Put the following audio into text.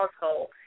household